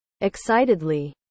Excitedly